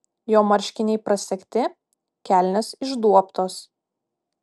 jo marškiniai prasegti kelnės išduobtos